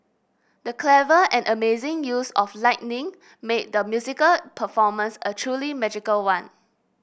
the clever and amazing use of lightning made the musical performance a truly magical one